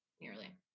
nearly